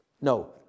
No